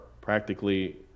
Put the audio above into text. Practically